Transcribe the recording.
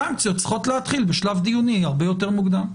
סנקציות צריכות להתחיל בשלב דיוני הרבה יותר מוקדם.